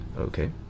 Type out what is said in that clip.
Okay